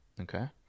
Okay